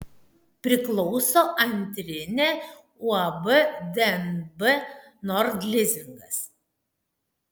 priklauso antrinė uab dnb nord lizingas